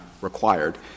required